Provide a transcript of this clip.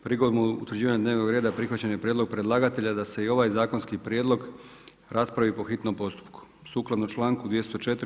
Prigodom utvrđivanja dnevnog reda prihvaćen je prijedlog predlagatelja da se i ovaj zakonski prijedlog raspravi po hitnom postupku, sukladno članku 204.